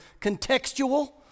contextual